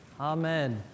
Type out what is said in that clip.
Amen